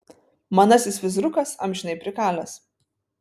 manasis fizrukas amžinai prikalęs